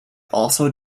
also